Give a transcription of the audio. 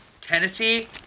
Tennessee